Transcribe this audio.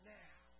now